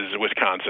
Wisconsin